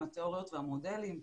עם התיאוריות והמודלים,